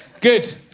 Good